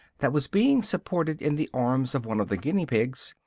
that was being supported in the arms of one of the guinea-pigs,